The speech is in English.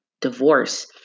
divorce